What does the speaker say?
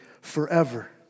forever